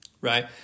right